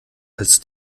als